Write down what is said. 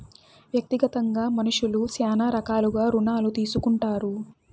వ్యక్తిగతంగా మనుష్యులు శ్యానా రకాలుగా రుణాలు తీసుకుంటారు